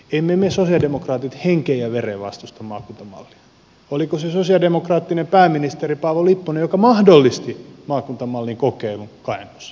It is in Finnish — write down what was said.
emme me sosialidemokraatit henkeen ja vereen vastusta maakuntamallia oliko se sosialidemokraattinen pääministeri paavo lipponen joka mahdollisti maakuntamallin kokeilun kainuussa